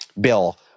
Bill